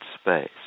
space